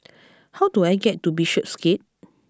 how do I get to Bishopsgate